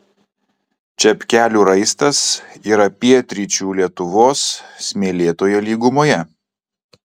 čepkelių raistas yra pietryčių lietuvos smėlėtoje lygumoje